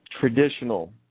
traditional